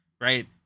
right